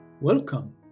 Welcome